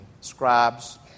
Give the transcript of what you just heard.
scribes